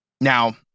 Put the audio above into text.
Now